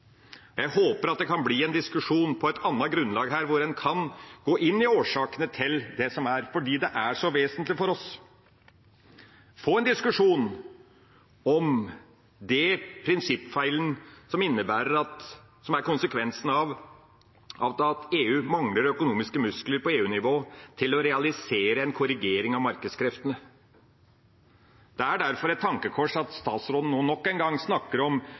Jeg håper at det kan bli en diskusjon på et annet grunnlag her, hvor en kan gå inn i årsakene til det som er, fordi det er så vesentlig for oss – at vi kan få en diskusjon om den prinsippfeilen som er konsekvensen av at EU mangler økonomiske muskler på EU-nivå til å realisere en korrigering av markedskreftene. Det er derfor et tankekors at statsråden nå nok en gang snakker om «nasjonalstatenes Europa» – ja, han snakker ikke en gang om